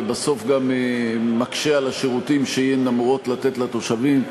ובסוף גם מקשה על מתן השירותים שהן אמורות לתת לתושבים.